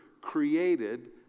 created